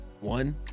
One